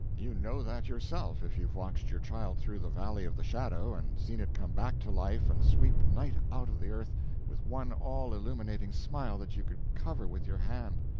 you know that yourself, if you've watched your child through the valley of the shadow and seen it come back to life and sweep night out of the earth with one all-illuminating smile that you could cover with your hand.